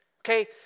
Okay